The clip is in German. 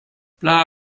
bla